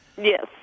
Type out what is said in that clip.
Yes